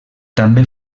també